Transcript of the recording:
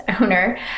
owner